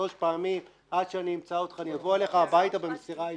שלוש פעמים עד שאני אמצא אותך אני אבוא אליך הביתה במסירה האישית.